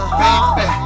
baby